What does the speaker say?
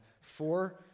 four